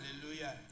Hallelujah